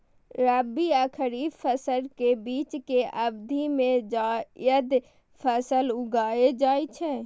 रबी आ खरीफ फसल के बीच के अवधि मे जायद फसल उगाएल जाइ छै